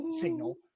signal